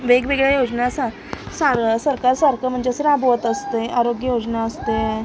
वेगवेगळ्या योजना सा सार सरकार सारखं म्हणजे असं राबवत असत आहे आरोग्य योजना असते